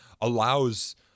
allows